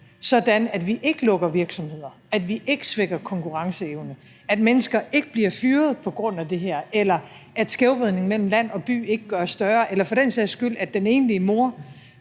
sådan at vi ikke lukker virksomheder, at vi ikke svækker konkurrenceevnen, at mennesker ikke bliver fyret på grund af det her, eller at skævvridningen mellem land og by ikke gøres større, eller for den sags skyld at den enlige mor,